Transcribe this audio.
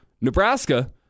Nebraska